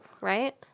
right